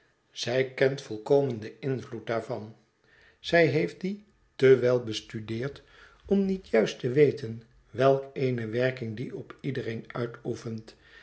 zij kent volkomen den invloed daarvan zij heeft dien te wel bestudeerd om niet juist te weten welk eene werking die op iedereen uitoefent